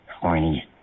horny